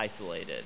isolated